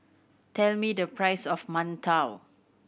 tell me the price of mantou